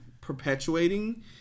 perpetuating